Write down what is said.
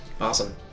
Awesome